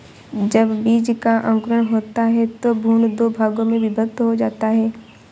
जब बीज का अंकुरण होता है तो भ्रूण दो भागों में विभक्त हो जाता है